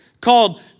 called